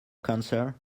cancer